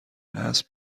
اسب